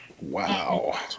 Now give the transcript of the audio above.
Wow